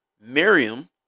Miriam